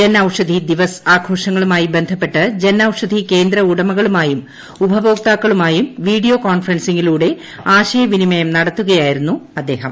ജൻ ഒരുഷ്ധി ദിവസ് ആഘോഷങ്ങളുമായി ബന്ധപ്പെട്ട് ്ജൻ ഔഷധി കേന്ദ്ര ഉടമകളുമായും ഉപഭോക്തൂർക്കളുമായും വീഡിയോ കോൺഫറൻസിംഗിലൂടെ ്ആശയവിനിമയം നടത്തുകയായിരുന്നു അദ്ദേഹം